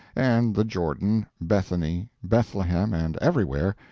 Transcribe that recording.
and the jordan, bethany, bethlehem, and everywhere,